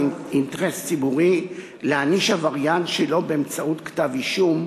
אינטרס ציבורי להעניש עבריין שלא באמצעות כתב-אישום,